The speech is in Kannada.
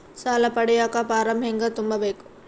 ಸಾಲ ಪಡಿಯಕ ಫಾರಂ ಹೆಂಗ ತುಂಬಬೇಕು?